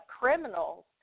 criminals